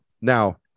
Now